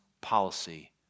policy